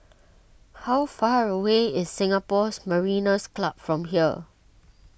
how far away is Singapores Mariners' Club from here